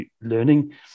learning